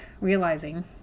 realizing